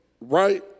right